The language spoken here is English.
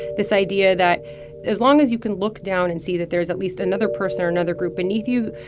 this idea that as long as you can look down and see that there's at least another person or another group beneath you,